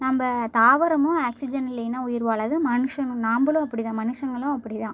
நம்ம தாவரமும் ஆக்சிஜன் இல்லேன்னா உயிர் வாழாது மனுஷனும் நம்மளும் அப்படி தான் மனுஷங்களும் அப்படி தான்